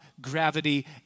gravity